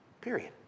period